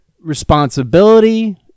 responsibility